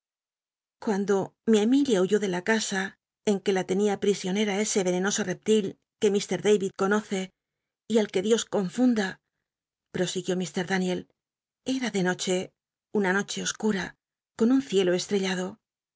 cuando mi bmilia huyó de la casa en que la tenia ll'isioncra ese venenoso reptil que mr david conoce y al que dio confunda prosiguió mr daniel era de noche una noche oscum con un ciclo estrellado